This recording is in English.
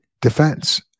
defense